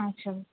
अच्छा